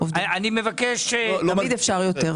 נתמודד איתה,